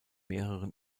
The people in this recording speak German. mehreren